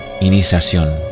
iniciación